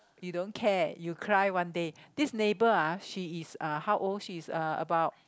you don't care you cry one day this neighbor ah she is uh how old she is uh about